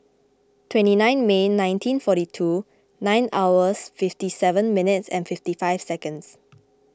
twenty nine May nineteen forty two nine hours fifty seven minutes fifty five seconds